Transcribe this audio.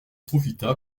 profita